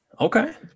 Okay